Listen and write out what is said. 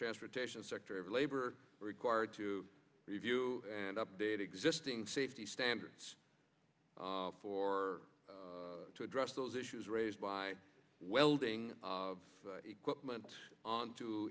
transportation sector of labor required to review and update existing safety standards for to address those issues raised by welding equipment onto